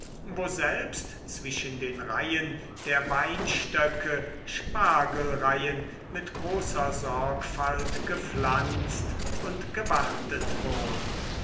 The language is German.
woselbst zwischen den reihen der weinstöcke spargelreihen mit großer sorgfalt gepflanzt und gewartet wurden